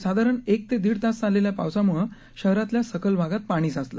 साधारण एक ते दीड तास चाललेल्या पावसामुळं शहरातल्या सखल भागात पाणी साचलं